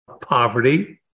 poverty